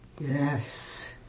Yes